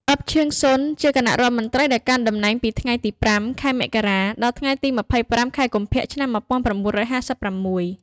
អ៊ិប ឈាងស៊ុន ជាគណៈរដ្ឋមន្ត្រីដែលកាន់តំណែងពីថ្ងៃទី ៥ ខែមករា ដល់ថ្ងៃទី ២៥ ខែកុម្ភៈ ឆ្នាំ១៩៥៦។